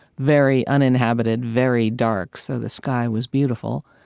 very uninhabited, very dark, so the sky was beautiful.